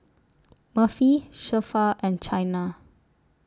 Murphy Zilpha and Chynna